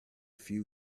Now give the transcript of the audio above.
few